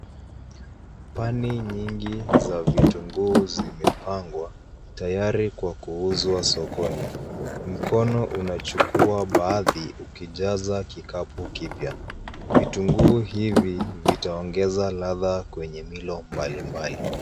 Pani nyingi za vitunguu zimepangwa tayari kwa kuuzwa sokoni. Mkono unachukua baadhi ukijaza kikapu kipya. Vitunguu hivi vitaongeza ladha kwenye milo mbalimbali.